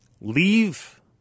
Leave